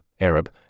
Arab